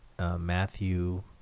Matthew